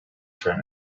friend